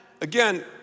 again